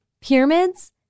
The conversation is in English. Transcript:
Pyramids